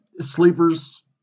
sleepers